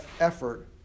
effort